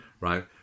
right